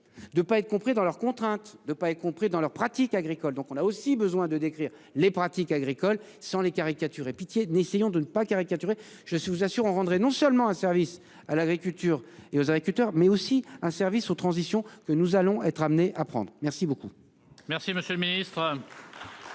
De pas être compris dans leur contrainte de pas y compris dans leurs pratiques agricoles. Donc on a aussi besoin de décrire les pratiques agricoles sans les caricaturer pitié n'essayons de ne pas caricaturer. Je vous assure on rendrait non seulement un service à l'agriculture et aux agriculteurs, mais aussi un service aux transition que nous allons être amenés à prendre. Merci beaucoup. Merci, monsieur le Ministre.